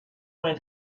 when